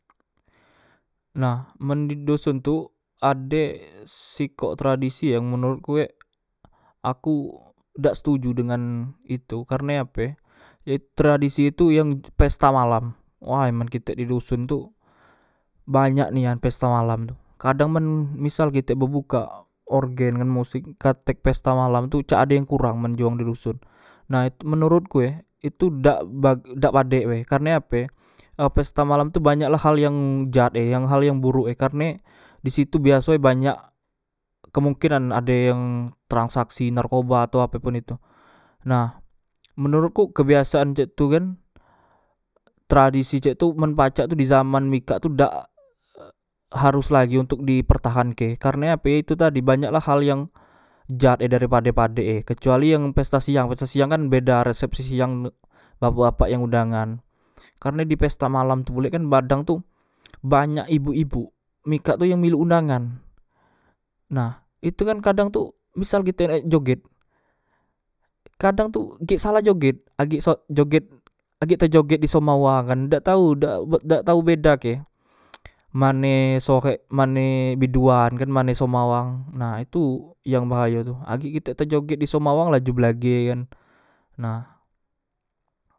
Nah men di doson tu ade sikok tradisi yang menurutku ek aku dak setuju dengan itu karne ape tradisi itu yang pesta malam way men kitek di doson tu banyak nian pesta malam tu kadang men misal kite bebukak kan orgen musik katek pesta malam tu cak ado yang kurang men uji wang di doson nah menurutku e itu dah b dak padek be karne ape e e pesta malam tu banyakla hal yang jat e e hal yang borok e karne e disitu biasoe banyak kemungkinan ade yang e transaksi narkoba atau apepun itu nah menurutku kebiasoan cak tu kan tradisi cak itu men pacak tu di zaman mikak tu dak e harus lagi untuk dipertahanke karne ape itu tadi banyaklah hal yang jat e dari pade padek e kecuali yang pesta siang pesta siang kan beda resepsi siang dengan tamu bapak bapak yang undangan karne dipesta malam tu pulek kan kadang tu banyak ibuk ibuk mikak tu yang milu undangan nah itu kan kadang tu misal kitek nak joget kadang tu gek salah joget agek sek joget agek te joget di soma wang kan dak tau ku dak tau bedak e mane sohek mane biduan kan mane soma wang nah itu yang behayo tu agek kitek ke bejoget di soma wang kan agek belagekan nah